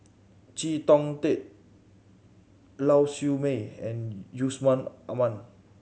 Chee Tong Tet Lau Siew Mei and Yusman Aman